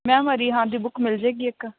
ma'am ਅ ਰਿਹਾਨ ਦੀ book ਮਿਲ ਜਾਵੇਗੀ ਇੱਕ